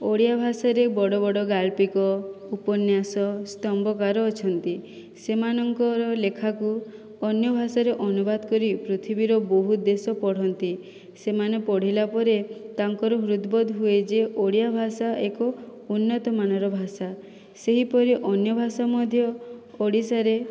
ଓଡ଼ିଆ ଭାଷାରେ ବଡ଼ ବଡ଼ ଗାଳ୍ପିକ ଉପନ୍ୟାସ ସ୍ତମ୍ଭକାର ଅଛନ୍ତି ସେମାନଙ୍କର ଲେଖାକୁ ଅନ୍ୟ ଭାଷାରେ ଅନୁବାଦ କରି ପୃଥିବୀର ବହୁତ ଦେଶ ପଢ଼ନ୍ତି ସେମାନେ ପଢ଼ିଲା ପରେ ତାଙ୍କର ହୃଦ୍ବୋଧ ହୁଏ ଯେ ଓଡ଼ିଆ ଭାଷା ଏକ ଉନ୍ନତମାନର ଭାଷା ସେହିପରି ଅନ୍ୟ ଭାଷା ମଧ୍ୟ ଓଡ଼ିଶାରେ